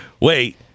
wait